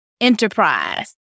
enterprise